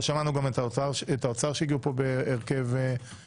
לא שמענו גם את האוצר שהגיע לפה בהרכב מכובד.